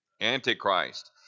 Antichrist